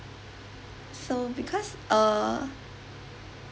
so because uh